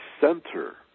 center